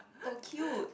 oh cute